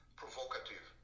provocative